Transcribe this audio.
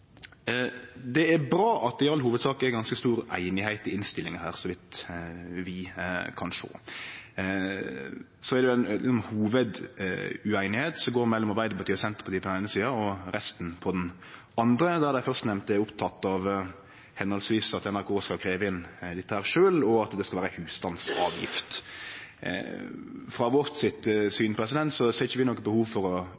Det er bra at det i all hovudsak er ganske stor einigheit i innstillinga her, så vidt vi kan sjå. Det er ei hovudueinigheit her som går mellom Arbeidarpartiet og Senterpartiet på den eine sida og resten på den andre, der dei førstnemnde er opptekne av at NRK skal krevje inn dette sjølv, og at det skal vere ei husstandsavgift. Etter vårt syn er det ikkje noko behov for å